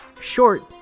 Short